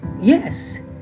Yes